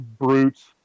brutes